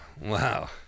wow